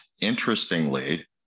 Interestingly